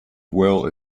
well